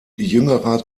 jüngerer